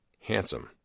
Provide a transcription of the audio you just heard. handsome